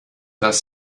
dass